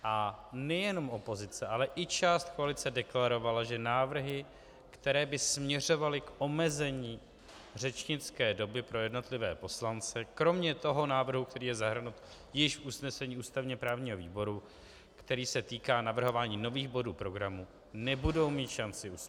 A nejenom opozice, ale i část koalice deklarovala, že návrhy, které by směřovaly k omezení řečnické doby pro jednotlivé poslance, kromě toho návrhu, který je zahrnut již v usnesení ústavněprávního výboru, který se týká navrhování nových bodů programu, nebudou mít šanci uspět.